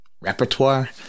repertoire